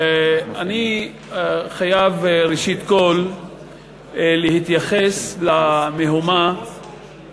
אני חייב ראשית כול להתייחס למהומה